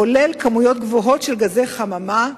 כולל כמויות גבוהות של גזי חממה,